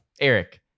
Eric